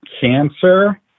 cancer